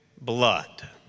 blood